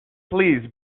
please